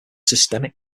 systemic